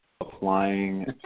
applying